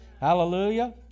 Hallelujah